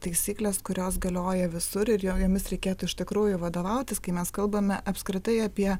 taisykles kurios galioja visur ir jo jomis reikėtų iš tikrųjų vadovautis kai mes kalbame apskritai apie